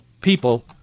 people